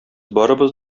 барыбыз